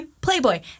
Playboy